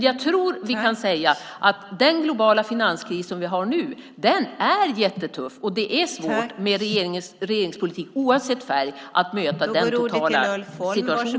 Jag tror att vi kan säga att den globala finanskris som vi har nu är jättetuff. Det är svårt för en regering - oavsett färg - att möta den totala situationen.